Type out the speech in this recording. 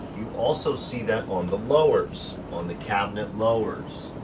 you also see that on the lowers, on the cabinet lowers.